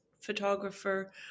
photographer